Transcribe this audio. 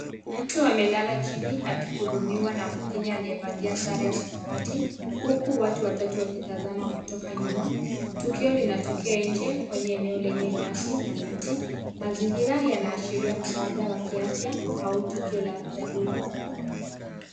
Mtu amelala chini akihudumiwa na mwingine aliyevalia sare ya samawati huku watu watatu wakitazama kutoka nyuma. Tukio linatokea nje kwenye eneo lenye nyasi na miti, mazingira yanaashiria msaada wa kiafya au tukio la dharura.